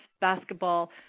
basketball